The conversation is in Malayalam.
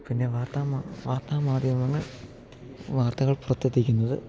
പിന്നെ വാർത്താ മാ വാർത്താ മാധ്യമങ്ങൾ വാർത്തകൾ പുറത്ത് എത്തിക്കുന്നത്